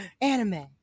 anime